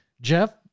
Jeff